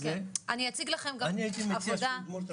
אני הייתי מציע שהוא יגמור את המצגת.